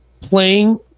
playing